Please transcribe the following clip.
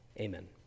amen